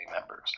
members